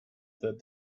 that